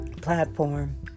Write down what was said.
platform